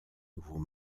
nouveaux